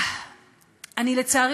לצערי,